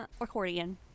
accordion